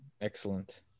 Excellent